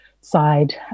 side